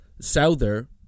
Souther